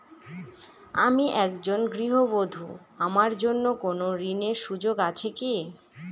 আমি একজন গৃহবধূ আমার জন্য কোন ঋণের সুযোগ আছে কি?